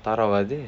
tharavathi